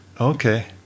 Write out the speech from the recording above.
Okay